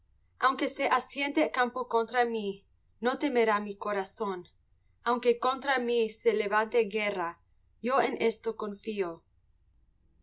aunque se asiente campo contra mí no temerá mi corazón aunque contra mí se levante guerra yo en esto confío